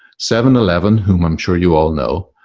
seven eleven, whom i'm sure you all know.